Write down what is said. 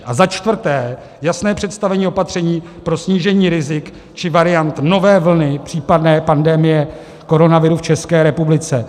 A za čtvrté jasné představení opatření pro snížení rizik či variant nové vlny případné pandemie koronaviru v České republice.